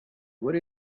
what